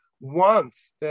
wants